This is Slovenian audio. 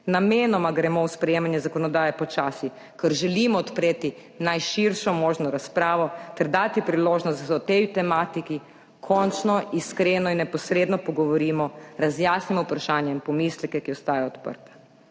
Namenoma gremo v sprejemanje zakonodaje počasi, ker želimo odpreti najširšo možno razpravo ter dati priložnost, da se o tej tematiki končno iskreno in neposredno pogovorimo, razjasnimo vprašanja in pomisleke, ki ostajajo odprta.